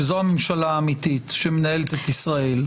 שהם הממשלה האמיתית שמנהלת את ישראל,